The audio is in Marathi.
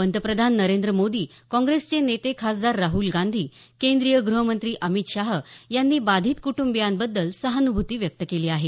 पंतप्रधान नरेंद्र मोदी काँग्रेसचे नेते खासदार राहुल गांधी केंद्रीय गृहमंत्री अमित शाह यांनी बाधित कुटूंबियांबद्दल सहानुभूती व्यक्त केली आहे